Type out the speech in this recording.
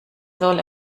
soll